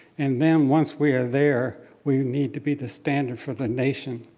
and then once we're there, we need to be the standard for the nation.